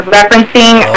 referencing